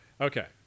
Okay